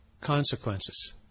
consequences